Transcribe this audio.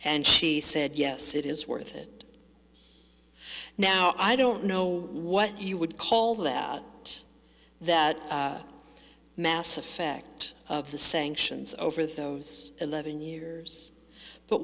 and she said yes it is worth it now i don't know what you would call that that mass effect of the sanctions over those eleven years but